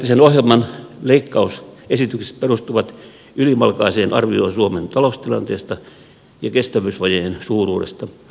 rakennepoliittisen ohjelman leikkausesitykset perustuvat ylimalkaiseen arvioon suomen taloustilanteesta ja kestävyysvajeen suuruudesta